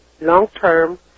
long-term